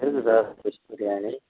இருக்குது sir fish biryani